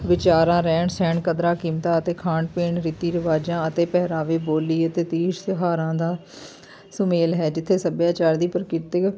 ਵਿਚਾਰਾਂ ਰਹਿਣ ਸਹਿਣ ਕਦਰਾਂ ਕੀਮਤਾਂ ਅਤੇ ਖਾਣ ਪੀਣ ਰੀਤੀ ਰਿਵਾਜਾਂ ਅਤੇ ਪਹਿਰਾਵੇ ਬੋਲੀ ਅਤੇ ਤੀਜ ਤਿਉਹਾਰਾਂ ਦਾ ਸੁਮੇਲ ਹੈ ਜਿੱਥੇ ਸੱਭਿਆਚਾਰ ਦੀ ਪ੍ਰਕਿਰਤਿਕ